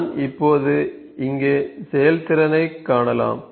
நான் இப்போது இங்கே செயல்திறனைக் காணலாம்